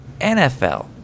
nfl